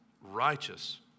righteous